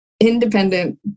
independent